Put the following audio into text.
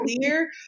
clear